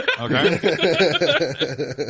Okay